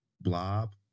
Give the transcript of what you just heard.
Blob